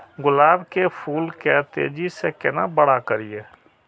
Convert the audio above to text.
गुलाब के फूल के तेजी से केना बड़ा करिए?